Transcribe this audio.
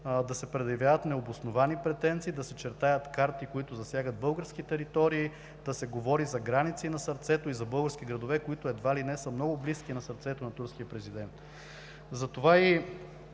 да се предявяват необосновани претенции, да се чертаят карти, които засягат български територии, да се говори за граници на сърцето и за български градове, които едва ли не са много близки на сърцето на турския президент.